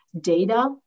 data